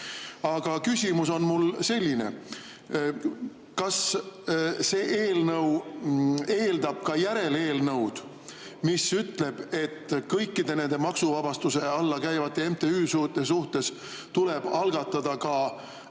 Aga küsimus on mul selline. Kas see eelnõu eeldab ka järeleelnõu, mis ütleb, et kõikide nende maksuvabastuse alla käivate MTÜ-de suhtes tuleb algatada ka